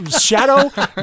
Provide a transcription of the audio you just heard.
Shadow